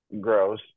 Gross